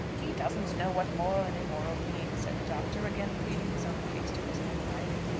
he doesn't know what moral and immoral means, said the doctor, again pleading his own case to his own wife.